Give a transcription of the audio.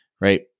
right